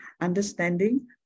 understanding